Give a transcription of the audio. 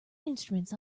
instruments